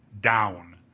down